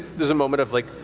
there's a moment of, like,